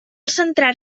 centrar